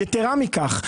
יתרה מכך,